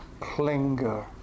clinger